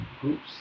groups